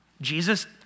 Jesus